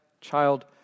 Child